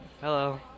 hello